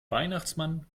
weihnachtsmann